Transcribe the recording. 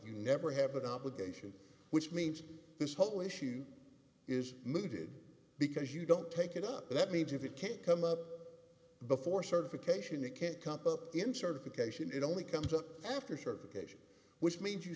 you never have an obligation which means this whole issue is mooted because you don't take it up that means if it can't come up before certification it can't come up in certification it only comes up after certification which means you